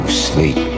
sleep